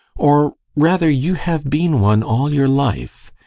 or rather, you have been one all your life,